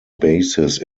basis